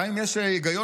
גם אם יש היגיון,